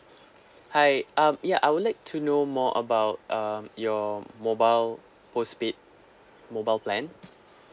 hi um ya I would like to know more about um your mobile postpaid mobile plan